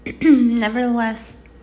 Nevertheless